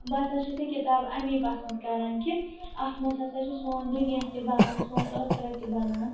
بہٕ ہَسا چھیٚس یہِ کِتاب امے پَسَنٛد کَران کہِ اتھ مَنٛز ہَسا چھُ سون دُنیا تہِ بَنان سون ٲخرَت تہِ بَنان